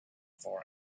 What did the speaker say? for